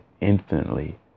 infinitely